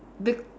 bec~